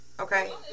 Okay